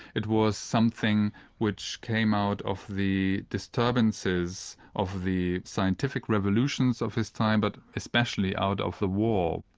it was something which came out of the disturbances of the scientific revolutions of his time but especially out of the war.